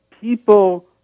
people